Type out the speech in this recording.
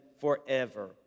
forever